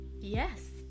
Yes